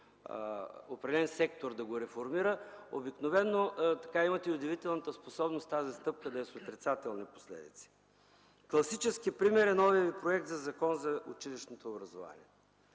определен сектор, за да го реформира, обикновено има удивителната способност тази стъпка да е с отрицателни последици. Класически пример е новият Ви проект за Закон за училищното образование.